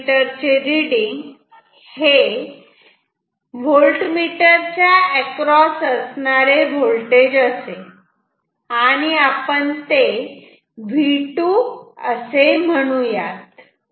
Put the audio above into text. voltmeter चे reading हे voltmeter च्या अक्रॉस असणारे व्होल्टेज असेल ते आपण V2 असे म्हणू या